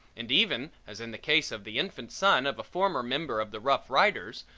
and even, as in the case of the infant son of a former member of the rough riders,